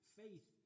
faith